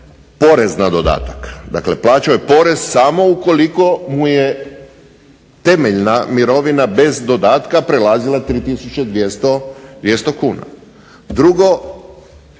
porez na dodatak. Dakle, plaćao je porez samo ukoliko mu je temeljna mirovina bez dodatka prelazila 3 tisuće 200 kuna. Drugo,